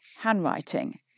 handwriting